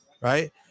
right